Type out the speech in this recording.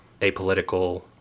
apolitical